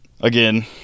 again